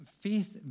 faith